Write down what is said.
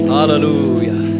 Hallelujah